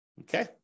okay